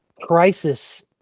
crisis